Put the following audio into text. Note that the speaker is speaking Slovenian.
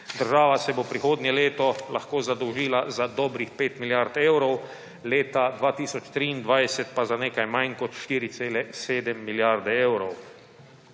Država se bo prihodnje leto lahko zadolžila za dobrih 5 milijard evrov, leta 2023 pa za nekaj manj kot 4,7 milijarde evrov.